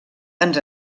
ens